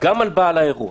גם על בעל האירוע,